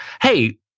hey